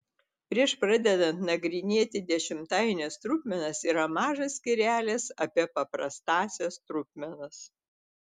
prieš pradedant nagrinėti dešimtaines trupmenas yra mažas skyrelis apie paprastąsias trupmenas